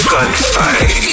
Gunfight